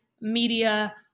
media